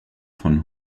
von